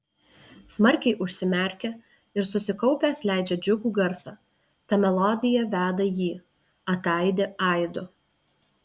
smarkiai užsimerkia ir susikaupęs leidžia džiugų garsą ta melodija veda jį ataidi aidu